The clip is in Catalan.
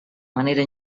manera